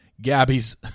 Gabby's